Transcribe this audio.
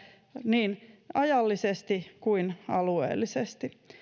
niin ajallisesti kuin alueellisesti